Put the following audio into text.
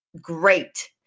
great